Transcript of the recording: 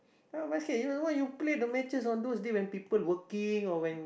ya basket you know why you play the matches on those day when people working or when